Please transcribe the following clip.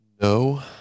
No